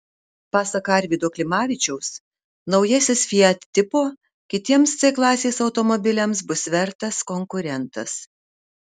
pasak arvydo klimavičiaus naujasis fiat tipo kitiems c klasės automobiliams bus vertas konkurentas